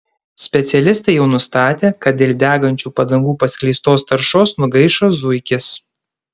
specialistai jau nustatė kad dėl degančių padangų paskleistos taršos nugaišo zuikis